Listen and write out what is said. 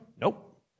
Nope